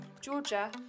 Georgia